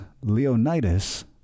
Leonidas